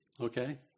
okay